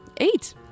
Eight